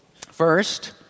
First